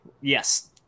Yes